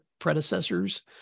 predecessors